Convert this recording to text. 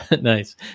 Nice